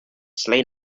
slain